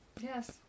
Yes